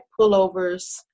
pullovers